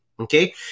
Okay